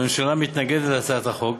הממשלה מתנגדת להצעת החוק.